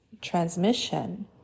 transmission